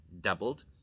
doubled